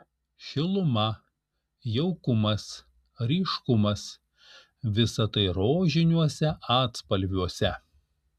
šiluma jaukumas ryškumas visa tai rožiniuose atspalviuose